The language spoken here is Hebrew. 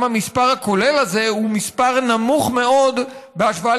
גם המספר הכולל הזה הוא מספר נמוך מאוד בהשוואה,